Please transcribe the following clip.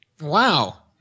Wow